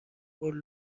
قول